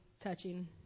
touching